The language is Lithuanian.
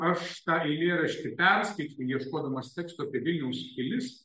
aš tą eilėraštį perskaičiau ieškodamas tekstų apie vilniaus pilis